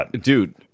Dude